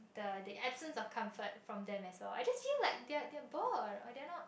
the the absence of comfort from them as all I just feel like they're they're bored or they're not